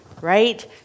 right